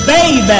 Baby